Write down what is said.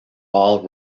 all